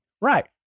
Right